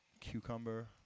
Cucumber